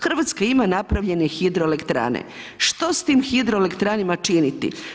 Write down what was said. Hrvatska ima napravljenih hidroelektrane, što s tim hidroelektranama činiti?